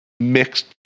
mixed